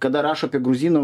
kada rašo apie gruzinų